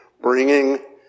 bringing